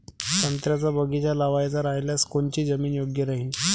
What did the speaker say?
संत्र्याचा बगीचा लावायचा रायल्यास कोनची जमीन योग्य राहीन?